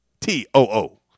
T-O-O